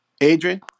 Adrian